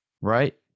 Right